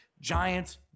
Giants